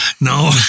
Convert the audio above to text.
No